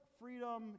freedom